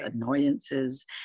annoyances